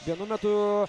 vienu metu